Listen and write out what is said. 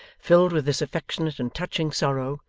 filled with this affectionate and touching sorrow,